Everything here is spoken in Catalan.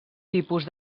tipus